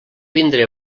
vindre